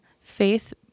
faith